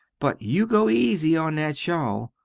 but you go eezy on that shawl.